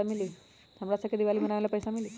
हमरा शव के दिवाली मनावेला पैसा मिली?